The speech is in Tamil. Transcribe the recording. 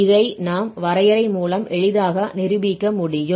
இதை நாம் வரையறை மூலம் எளிதாக நிரூபிக்க முடியும்